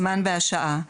הזמן והשעה.